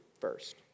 first